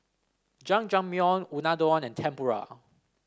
Jajangmyeon Unadon and Tempura